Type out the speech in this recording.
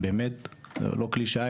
לא כקלישאה,